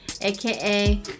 aka